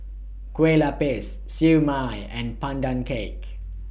Kueh Lapis Siew Mai and Pandan Cake